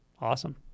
Awesome